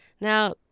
Now